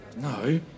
No